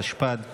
התשפ"ד 2023,